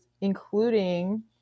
including